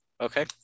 Okay